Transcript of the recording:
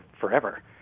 forever